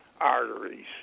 arteries